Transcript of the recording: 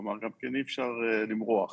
כלומר אי אפשר "למרוח".